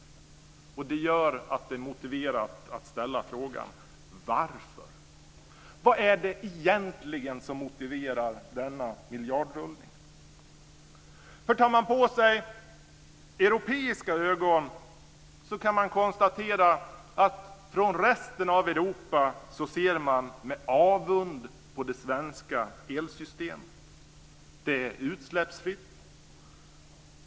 Det gör att det är motiverat att ställa frågan "Varför?". Vad är det egentligen som motiverar denna miljardrullning? Tar man på sig europeiska glasögon kan man konstatera att resten av Europa ser med avund på det svenska elsystemet. Det är utsläppsfritt.